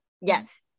Yes